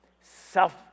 self